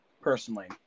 Personally